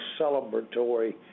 celebratory